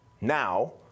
now